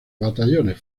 batallones